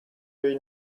ray